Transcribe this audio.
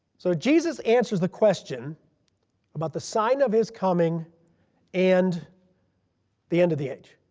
so jesus answers the question about the sign of his coming and the end of the age.